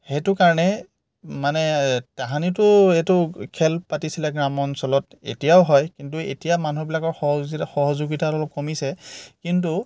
সেইটো কাৰণে মানে তাহানিতো সেইটো খেল পাতিছিলে গ্ৰাম্যঞ্চলত এতিয়াও হয় কিন্তু এতিয়া মানুহবিলাকৰ সহযোগিতা সহযোগিতা অলপ কমিছে কিন্তু